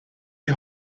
die